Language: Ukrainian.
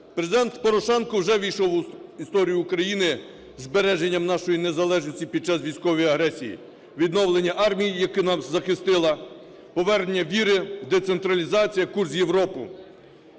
Президент Порошенко вже ввійшов в історію України збереженням нашої незалежності під час військової агресії, відновленням армії, яка нас захистила, поверненням віри, децентралізацією, курсом в Європу.